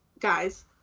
guys